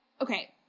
okay